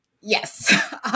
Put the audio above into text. Yes